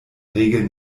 regel